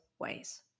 ways